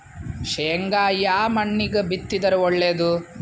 ಶೇಂಗಾ ಯಾ ಮಣ್ಣಾಗ ಬಿತ್ತಿದರ ಒಳ್ಳೇದು?